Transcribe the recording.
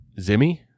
Zimmy